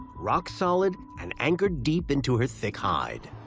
rock solid and anchored deep into her thick hide.